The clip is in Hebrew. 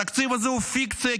התקציב הזה הוא פיקציה,